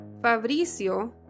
Fabricio